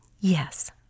Yes